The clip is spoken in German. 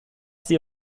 sie